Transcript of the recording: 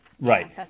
Right